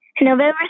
November